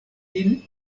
lin